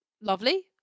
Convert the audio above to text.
lovely